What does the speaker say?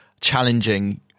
challenging